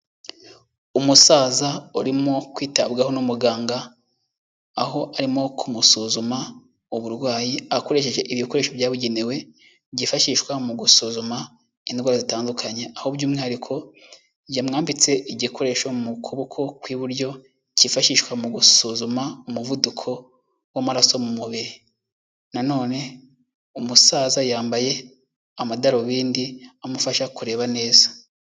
Umusaza urimo kwitabwaho n'umuganga, aho arimo kumusuzuma uburwayi akoresheje ibikoresho byabugenewe byifashishwa mu gusuzuma indwara zitandukanye, aho by'umwihariko yamwambitse igikoresho mu kuboko kw'iburyo cyifashishwa mu gusuzuma umuvuduko w'amaraso mu mubiri. Na none umusaza yambaye amadarubindi amufasha kureba neza.